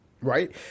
Right